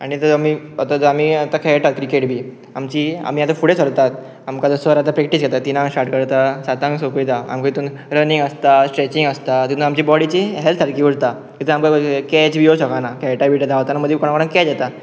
आनी आमीच आमी आतां खेळटा क्रिकेट बी आमची आमी आतां फुडें सरतात आमकां दर सर आतां प्रॅक्टीस घेता तिनांक स्टार्ट करता सातांक सोंपयता आमक तितून रनींग आसता स्ट्रेचींग आसता तितून आमची बॉडीची हेल्थ सारकी उरता तितून आमकां कॅच योवंक शकना खेळटा बट धांवता नदी कोणा कोणाक कॅच येता